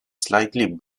slightly